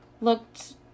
looked